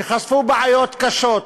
שחשפו בעיות קשות.